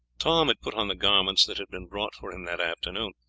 tom had put on the garments that had been bought for him that afternoon,